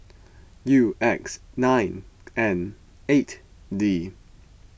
U X nine N eight D